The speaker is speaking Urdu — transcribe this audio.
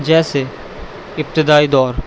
جیسے ابتدائی دور